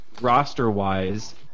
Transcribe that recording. roster-wise